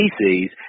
species